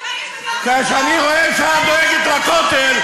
כשאני רואה שאת דואגת לכותל,